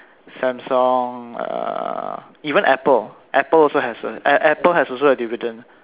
Samsung uh even Apple Apple also has a A~ A~ Apple has also a dividend